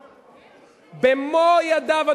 במו-ידיו,